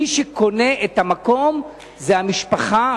מי שקונה את המקום זה המשפחה,